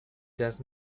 does